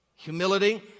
Humility